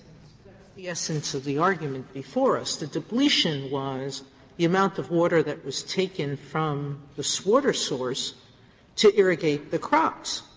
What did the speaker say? the essence of the argument before us. the depletion was the amount of water that was taken from this water source to irrigate the crops.